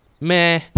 meh